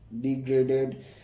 degraded